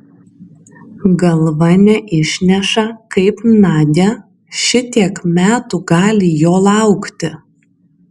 galva neišneša kaip nadia šitiek metų gali jo laukti